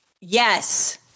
Yes